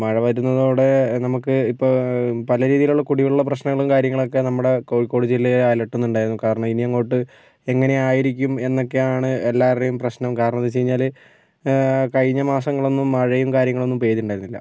മഴ വരുന്നതോടെ നമുക്ക് ഇപ്പോൾ പല രീതിയിലുള്ള കുടിവെള്ള പ്രശ്നങ്ങൾ കാര്യങ്ങളൊക്കെ നമ്മുടെ കോഴിക്കോട് ജില്ലയെ അലട്ടുന്നുണ്ടായിരുന്നു കാരണം ഇനി അങ്ങോട്ട് എങ്ങനെയായിരിക്കും എന്നൊക്കെയാണ് എല്ലാവരുടെയും പ്രശ്നം കാരണം എന്തെന്നുവെച്ചു കഴിഞ്ഞാൽ കഴിഞ്ഞ മാസങ്ങളിലൊന്നും മഴയും കാര്യങ്ങളൊന്നും പെയ്തിട്ടുണ്ടായിരുന്നില്ല